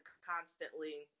constantly